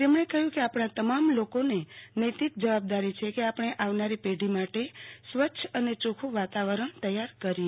તેમણે કહ્યું કે આપણા તમામ લોકોનીનૈતિક જવાબદારી છે કે આપણે આવનારી પેઢી માટે સ્વચ્છ અને યોખ્ખું વાતાવરણ તૈયાર કરીએ